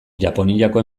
japoniako